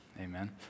Amen